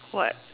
what